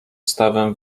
stawem